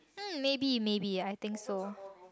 mm maybe maybe I think so